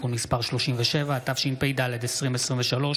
(יש עתיד): 8 סימון דוידסון (יש עתיד):